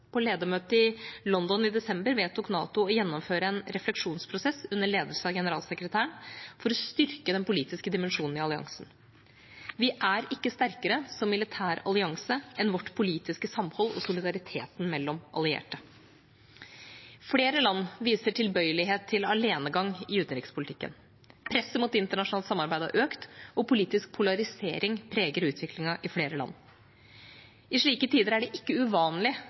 På ledermøtet i London i desember vedtok NATO å gjennomføre en refleksjonsprosess, under ledelse av generalsekretæren, for å styrke den politiske dimensjonen i alliansen. Vi er ikke sterkere som militær allianse enn vårt politiske samhold og solidariteten mellom allierte. Flere land viser tilbøyelighet til alenegang i utenrikspolitikken. Presset mot internasjonalt samarbeid har økt, og politisk polarisering preger utviklingen i flere land. I slike tider er det ikke uvanlig